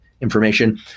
information